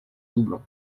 doublon